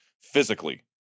physically